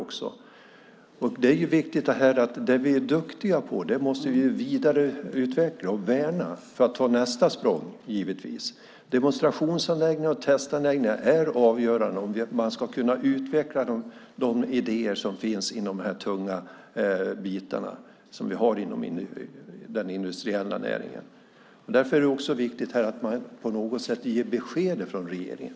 Det som vi är duktiga på måste vi givetvis vidareutveckla och värna för att ta nästa språng. Demonstrationsanläggningar och testanläggningar är avgörande om man ska kunna utveckla de idéer som finns inom de tunga delarna av den industriella näringen. Därför är det också viktigt att man på något sätt ger besked från regeringen.